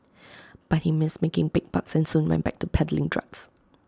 but he missed making big bucks and soon went back to peddling drugs